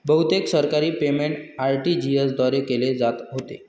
बहुतेक सरकारी payment RTGS द्वारे केले जात होते